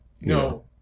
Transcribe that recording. no